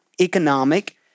economic